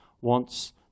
wants